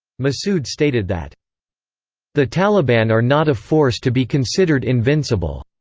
massoud stated that the taliban are not a force to be considered invincible.